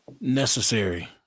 Necessary